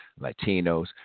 Latinos